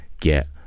get